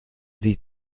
sie